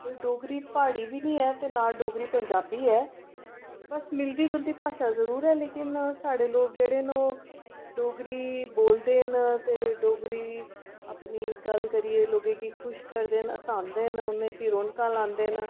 ते डोगरी प्हाड़ी बी नीं ऐ ते ना डोगरी पंजाबी ऐ बस मिलदी जुलदी भाशा जरूर ऐ लेकिन साढ़े लोक जेह्ड़े न ओह् डोगरी बोलदे न ते डोगरी अपनी गल्ल करियै लोगें गी खुश करदे न हसांदे न उ'नेंगी रौनकां लांदे न